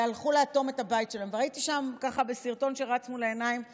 הלכו לאטום את הבית שלו וראיתי שם בסרטון שרץ מול העיניים קצינה,